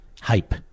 Hype